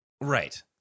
Right